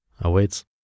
awaits